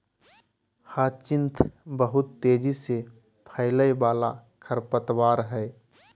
hyacinth बहुत तेजी से फैलय वाला खरपतवार हइ